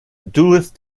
duluth